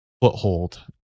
foothold